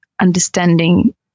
understanding